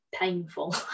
painful